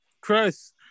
Chris